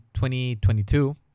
2022